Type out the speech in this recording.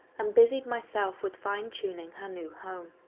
um busied myself with fine-tuning her new home.